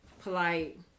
polite